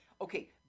Okay